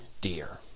dear